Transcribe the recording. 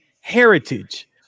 Heritage